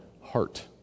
heart